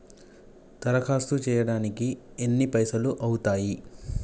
దరఖాస్తు చేయడానికి ఎన్ని పైసలు అవుతయీ?